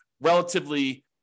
relatively